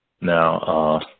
now